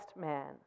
man